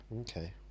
Okay